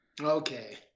Okay